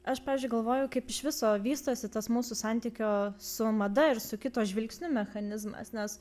aš pavyzdžiui galvojau kaip iš viso vystosi tas mūsų santykio su mada ir su kito žvilgsniu mechanizmas nes